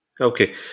okay